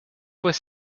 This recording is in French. fois